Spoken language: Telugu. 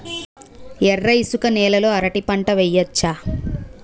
ఎర్ర ఇసుక నేల లో అరటి పంట వెయ్యచ్చా?